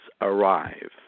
arrive